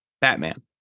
Batman